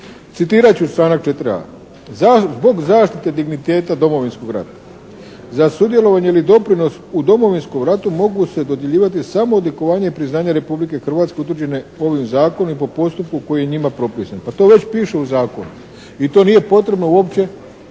Citirat ću članak 4.a: "Zbog zaštite digniteta Domovinskog rata, za sudjelovanje ili doprinos u Domovinskom ratu mogu se dodjeljivati samo odlikovanje i priznanje Republike Hrvatske utvrđene ovim zakonom i po postupku koji je njima propisan" pa to već piše u zakonu i to nije potrebno uopće